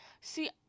See